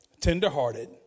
tenderhearted